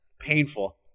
painful